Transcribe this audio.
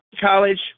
college